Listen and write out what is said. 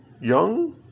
young